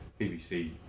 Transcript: BBC